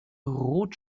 rot